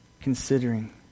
considering